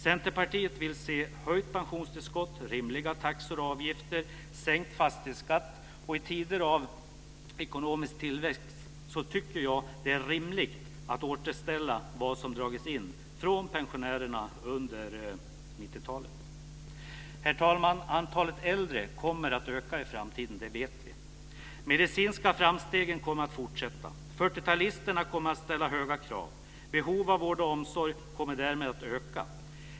Centerpartiet vill se höjt pensionstillskott, rimliga taxor och avgifter, sänkt fastighetsskatt. I tider av ekonomisk tillväxt tycker jag att det är rimligt att återställa vad som dragits in från pensionärerna under 90-talet. Herr talman! Antalet äldre kommer att öka, det vet vi. De medicinska framstegen kommer att fortsätta. 40-talisterna kommer att ställa höga krav. Behov av vård och omsorg kommer därmed att öka.